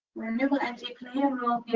renewable energy played